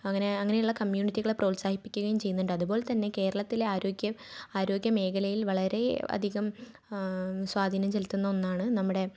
അങ്ങനെ അങ്ങനെള്ള കമ്മ്യൂണിറ്റികളെ പ്രോത്സാഹിപ്പിക്കുകയും ചെയ്യുന്നുണ്ട് അതുപോലെ തന്നെ കേരളത്തിലെ ആരോഗ്യം ആരോഗ്യ മേഖലയിൽ വളരെ അധികം സ്വാധീനം ചെലുത്തുന്ന ഒന്നാണ് നമ്മുടെ